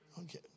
okay